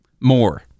more